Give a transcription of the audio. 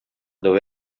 dove